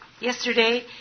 yesterday